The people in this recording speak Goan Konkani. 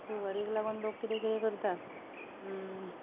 शुगरीक लागोन लोक कितें कितें करतात